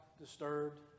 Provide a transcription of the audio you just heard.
disturbed